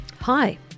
Hi